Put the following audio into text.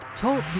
Talk